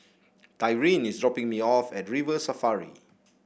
Tyrin is dropping me off at River Safari